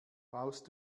baust